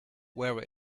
wear